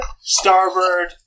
starboard